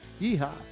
Yeehaw